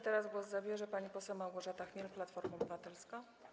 Teraz głos zabierze pani poseł Małgorzata Chmiel, Platforma Obywatelska.